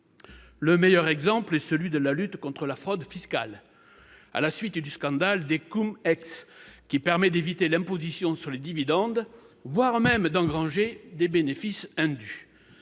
Le meilleur exemple est celui de la lutte contre la fraude fiscale, à la suite du scandale des « CumEx », qui permet d'éviter l'imposition sur les dividendes, voire d'engranger des bénéfices indus